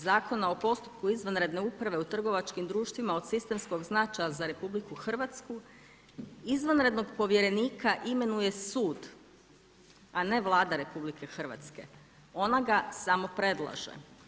Zakona o postupku izvanredne uprave u trgovačkim društvima od sistemskog značaja za RH, izvanrednog povjerenika imenuje sud, a ne Vlada RH, ona ga samo predlaže.